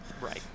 right